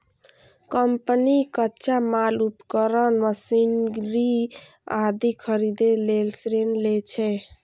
company कच्चा माल, उपकरण, मशीनरी आदि खरीदै लेल ऋण लै छै